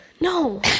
No